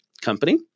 company